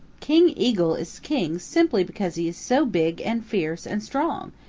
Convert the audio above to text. king eagle is king simply because he is so big and fierce and strong,